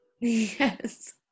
yes